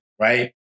right